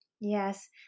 Yes